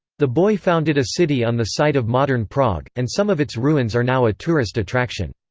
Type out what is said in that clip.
the boii founded a city on the site of modern prague, and some of its ruins are now a tourist attraction.